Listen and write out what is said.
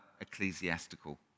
ecclesiastical